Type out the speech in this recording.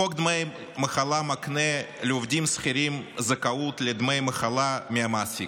חוק דמי מחלה מקנה לעובדים שכירים זכאות לדמי מחלה מהמעסיק.